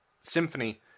Symphony